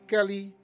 Kelly